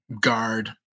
Guard